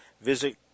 Visit